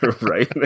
right